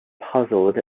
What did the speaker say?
puzzled